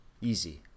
Easy